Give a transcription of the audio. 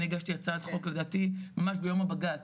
אני הגשתי הצעת חוק לדעתי ממש ביום הבג"צ,